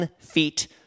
feet